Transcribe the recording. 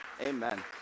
Amen